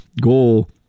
goal –